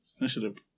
Initiative